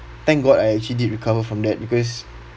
thank god I actually did recover from that because